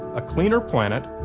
a cleaner planet,